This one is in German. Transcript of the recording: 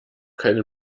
keine